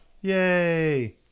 Yay